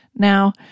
Now